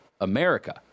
America